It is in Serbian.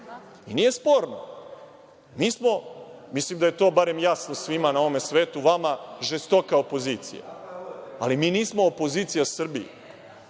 mi smo, mislim da je to barem jasno svima na ovom svetu, vama žestoka opozicija, ali mi nismo opozicija Srbiji.